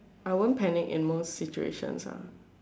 I won't panic in most situations ah